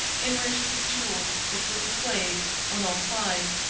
enriched with jewels, that were displayed on all sides.